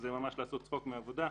כי זה ממש לעשות צחוק מהעבודה.